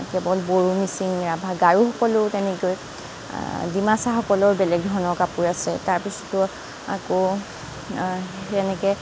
কেৱল বড়ো মিচিং ৰাভা গাৰোসকলো তেনেকৈ ডিমাছাসকলৰ বেলেগ ধৰণৰ কাপোৰ আছে তাৰ পিছতে আকৌ তেনেকৈ